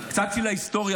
קצת היסטוריה.